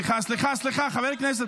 --- סליחה, סליחה.